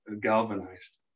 galvanized